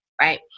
right